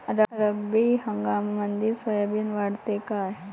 रब्बी हंगामामंदी सोयाबीन वाढते काय?